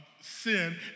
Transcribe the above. sin